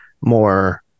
more